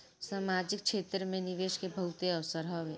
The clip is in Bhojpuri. सामाजिक क्षेत्र में निवेश के बहुते अवसर हवे